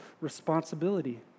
responsibility